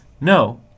No